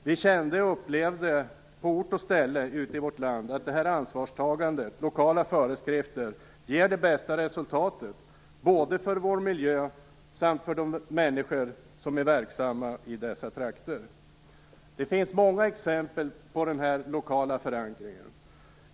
Vi kände och upplevde på ort och ställe ute i vårt land att ansvarstagandet och de lokala föreskrifterna ger det bästa resultatet både för vår miljö och för de människor som är verksamma i dessa trakter. Det finns många exempel på denna lokala förankring.